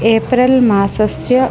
April मासस्य